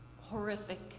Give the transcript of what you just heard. horrific